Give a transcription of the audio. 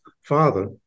father